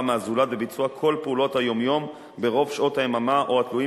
מהזולת בביצוע כל פעולות היום-יום ברוב שעות היממה או התלויים